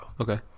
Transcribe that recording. Okay